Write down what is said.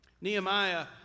Nehemiah